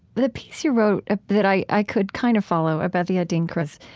the piece you wrote ah that i i could kind of follow about the adinkras,